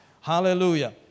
hallelujah